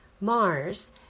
Mars